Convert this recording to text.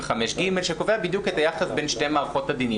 45(ג) שקובע בדיוק את היחס בין שתי מערכות הדינים.